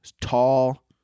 tall